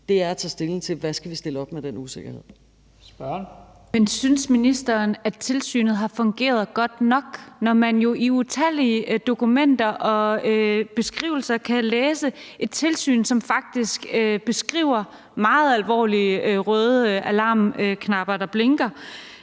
Jensen): Spørgeren. Kl. 22:26 Katrine Daugaard (LA): Men synes ministeren, at tilsynet har fungeret godt nok, når man jo i utallige dokumenter og beskrivelser kan læse om et tilsyn, som faktisk beskriver meget alvorlige røde alarmknapper, der blinker,